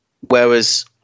whereas